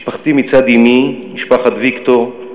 משפחתי מצד אמי, משפחת ויקטור,